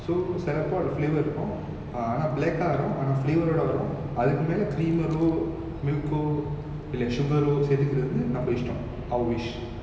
so செல:sela pot lah flavour இருக்கும்:irukkum uh ஆனா:aana black ஆயிரும் ஆனா:ayirum aana flavour ஓட வரும் அதுக்கு மேல:oda varum athukku mela creamer oh milk oh இல்ல:illa sugar oh செர்த்துக்கிரது நம்ம இஸ்டம்:serthukkirathu namma istam our wish